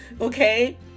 okay